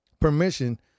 permission